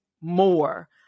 more